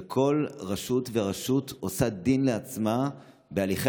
וכל רשות ורשות עושה דין לעצמה בהליכי